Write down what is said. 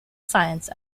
science